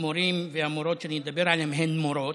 מהמורים והמורות שאני מדבר עליהם הן מורות,